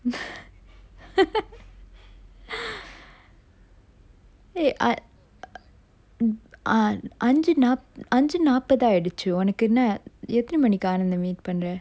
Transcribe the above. eh ah அஞ்சு நாப்~ அஞ்சு நாப்பதாயிடுச்சி ஒனக்கு என்ன எத்தன மணிக்கு:anju nap~ anju nappathayiduchi onakku enna ethana manikku ananth ah meet பண்ற:panra